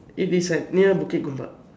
it is at near Bukit-Gombak